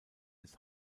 des